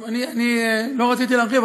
אני לא רציתי להרחיב,